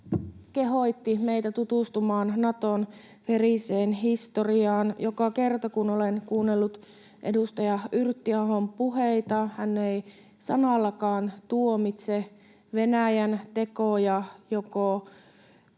kehotti meitä tutustumaan Naton veriseen historiaan. Joka kerta kun olen kuunnellut edustaja Yrttiahon puheita, hän ei sanallakaan tuomitse Venäjän tekoja, joko